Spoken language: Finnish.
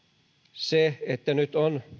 se että nyt on